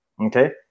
okay